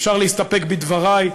אפשר להסתפק בדברי,